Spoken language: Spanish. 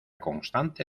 constante